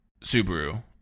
Subaru